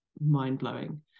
mind-blowing